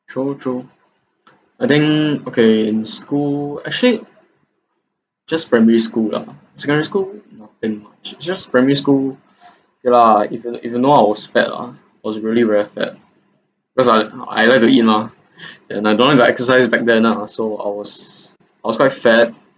true true I think okay in school actually just primary school lah secondary school nothing much just primary school ya lah if you if you know I was fat lah was really really fat because I I like to eat mah and I don't like to exercise back then lah so I was I was quite fat